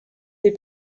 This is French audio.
des